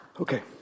Okay